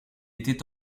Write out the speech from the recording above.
était